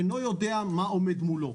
אינו יודע מה עומד מולו.